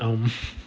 um